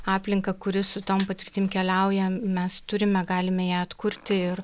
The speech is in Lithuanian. aplinką kuri su tom patirtim keliauja mes turime galime ją atkurti ir